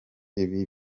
ibi